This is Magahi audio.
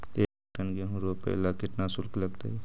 एक टन गेहूं रोपेला केतना शुल्क लगतई?